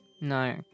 No